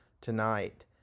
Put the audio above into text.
tonight